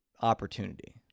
opportunity